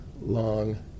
long